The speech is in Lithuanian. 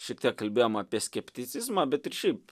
šiek tiek kalbėjom apie skepticizmą bet ir šiaip